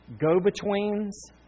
go-betweens